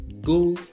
go